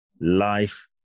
life